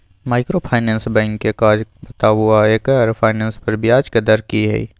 Microfinance bank के काज बताबू आ एकर फाइनेंस पर ब्याज के दर की इ?